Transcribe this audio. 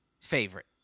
Favorite